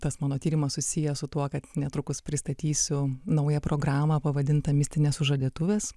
tas mano tyrimas susijęs su tuo kad netrukus pristatysiu naują programą pavadintą mistinės sužadėtuvės